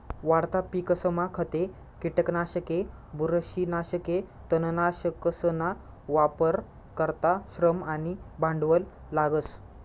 वाढता पिकसमा खते, किटकनाशके, बुरशीनाशके, तणनाशकसना वापर करता श्रम आणि भांडवल लागस